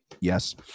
yes